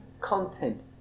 content